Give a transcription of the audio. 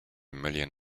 million